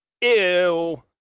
ew